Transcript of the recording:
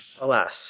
alas